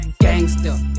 gangster